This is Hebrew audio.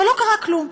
אבל לא קרה כלום.